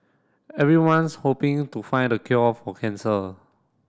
everyone's hoping to find the cure for cancer